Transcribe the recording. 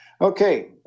Okay